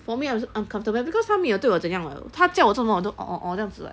for me I was um comfortable because 他没有对我这么样 [what] 他叫我做什么我都 orh orh orh 这样子 [what]